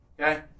okay